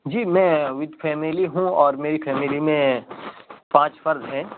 جی میں with family ہوں اور میری پھیملی میں پانچ فرد ہیں